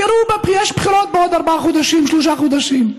תראו, יש בחירות בעוד ארבעה חודשים, שלושה חודשים,